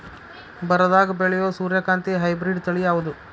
ಬರದಾಗ ಬೆಳೆಯೋ ಸೂರ್ಯಕಾಂತಿ ಹೈಬ್ರಿಡ್ ತಳಿ ಯಾವುದು?